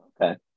okay